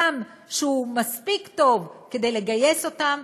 דם שהוא מספיק טוב כדי לגייס אותם,